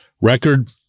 record